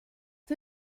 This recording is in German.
die